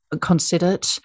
considered